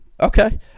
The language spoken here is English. Okay